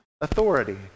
authority